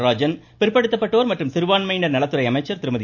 நடராஜன் பிற்படுத்தப்பட்டோர் மற்றும் சிறுபான்மையின நலத்துறை அமைச்சர் திருமதி